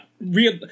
real